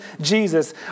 Jesus